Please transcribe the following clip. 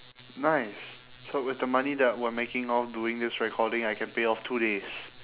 nice so with the money that we're making now doing this recording I can pay off two days